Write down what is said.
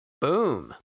Boom